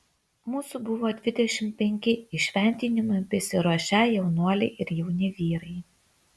mūsų buvo dvidešimt penki įšventinimui besiruošią jaunuoliai ir jauni vyrai